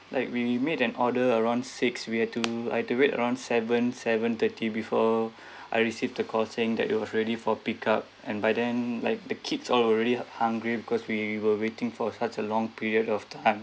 like we made an order around six we have to I have to wait around seven seven thirty before I received the call saying that it was ready for pickup and by then like the kids all already hungry because we were waiting for such a long period of time